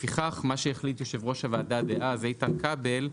לפיכך מה שהחליט יושב ראש הוועדה דאז, איתן כבל,